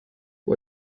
who